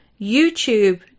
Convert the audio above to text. YouTube